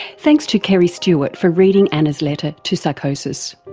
thanks to kerry stewart for reading anna's letter to psychosis.